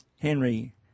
Henry